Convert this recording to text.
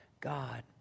God